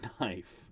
knife